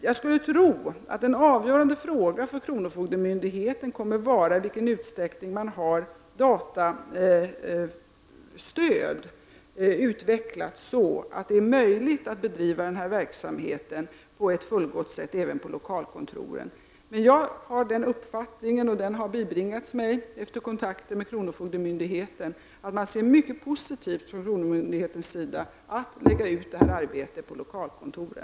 Jag skulle tro att en avgörande fråga för kronofogdemyndigheten kommer att vara i vilken utsträckning man har datastöd utvecklat så att det är möjligt att bedriva denna verksamhet på ett fullgott sätt även på lokalkontoren. Jag har uppfattningen, vilken har bibringats mig efter kontakter med kronofogdemyndigheten, att kronofogdemyndigheten ser mycket positivt på att lägga ut detta arbete på lokalkontoren.